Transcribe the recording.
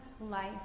life